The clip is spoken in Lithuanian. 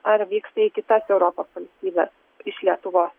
ar vyksta į kitas europos valstybes iš lietuvos